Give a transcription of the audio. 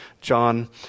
John